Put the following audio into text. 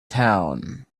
town